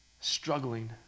struggling